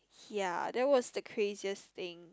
ya that was the craziest thing